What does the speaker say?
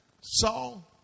Saul